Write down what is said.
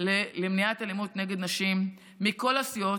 למניעת אלימות נגד נשים מכל הסיעות,